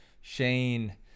shane